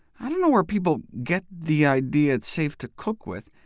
i don't know where people get the idea it's safe to cook with.